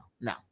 no